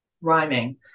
rhyming